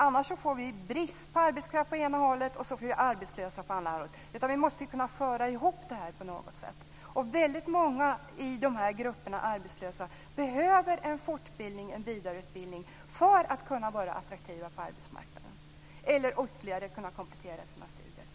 Annars får vi brist på arbetskraft på ena hållet och arbetslösa på andra hållet. Vi måste kunna föra ihop det här på något sätt. Väldigt många i de här grupperna av arbetslösa behöver en fortbildning och en vidareutbildning för att vara attraktiva på arbetsmarknaden. Eller också behöver de ytterligare komplettera sina studier.